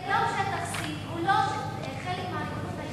זה לא שטח C, הוא לא חלק מהריבונות הישראלית.